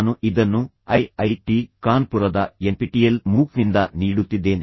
ನಾನು ಇದನ್ನು I I T ಕಾನ್ಪುರದ ಎನ್ಪಿಟಿಇಎಲ್ ಮೂಕ್ನಿಂದ ನೀಡುತ್ತಿದ್ದೇನೆ